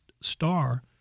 Star